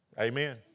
Amen